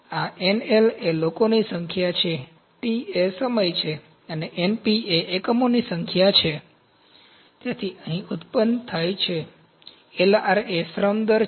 આ NL એ લોકોની સંખ્યા છે T એ સમય છે અને NP એ એકમોની સંખ્યા છે તેથી તે અહીં ઉત્પન્ન થાય છે LR એ શ્રમ દર છે